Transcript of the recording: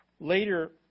Later